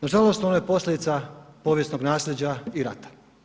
Nažalost, ona je posljedica povijesnog nasljeđa i rata.